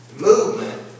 movement